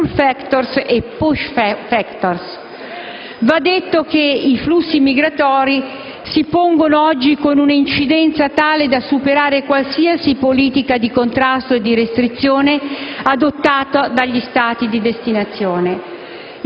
*pull factors* e *push factors*. Va detto che i flussi migratori si pongono oggi con una incidenza tale da superare qualsiasi politica di contrasto e di restrizione adottata dagli Stati di destinazione.